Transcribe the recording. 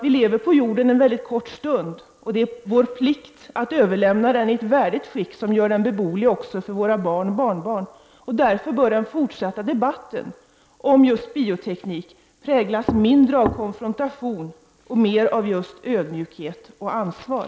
Vi lever på jorden en kort stund, och det är vår plikt att överlämna jorden i ett skick som gör att den är beboelig också för våra barn och barnbarn. Därför bör den fortsatta debatten om bioteknik präglas mindre av konfrontation och mer av ödmjukhet och ansvar.